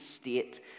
state